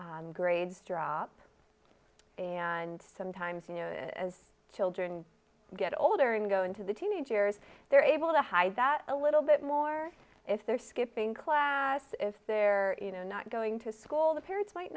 grades drop and sometimes you know as children get older and go into the teenage years they're able to hide that a little bit more if they're skipping class if they're you know not going to school the parents might